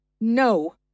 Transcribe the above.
No